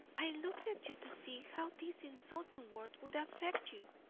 i looked at you to see how these insulting words would affect you.